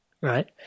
Right